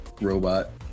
robot